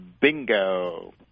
bingo